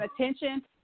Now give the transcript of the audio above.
attention